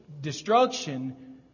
destruction